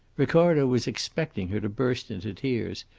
ricardo was expecting her to burst into tears,